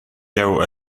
jeu